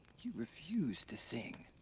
you refuse to sing.